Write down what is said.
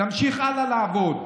נמשיך הלאה לעבוד.